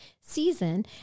season